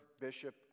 bishop